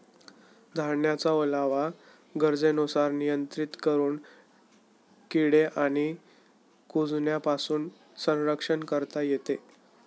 धान्याचा ओलावा गरजेनुसार नियंत्रित करून किडे आणि कुजण्यापासून संरक्षण करता येते